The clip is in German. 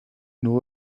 nur